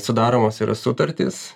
sudaromos yra sutartys